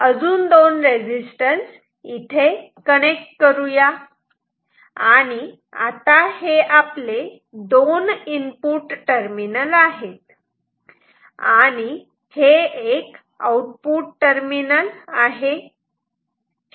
अजून दोन रेजिस्टन्स इथे कनेक्ट करू या आणि आता हे आपले दोन इनपुट टर्मिनल आहेत आणि हे एक आउटपुट टर्मिनल आहे